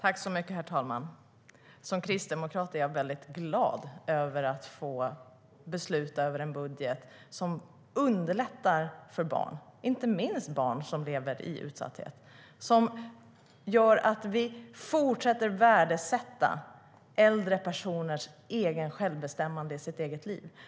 Herr talman! Som kristdemokrat är jag väldigt glad över att få besluta över en budget som underlättar för barn, inte minst barn som lever i utsatthet, och gör att vi fortsätter att värdesätta äldre personers självbestämmande i det egna livet.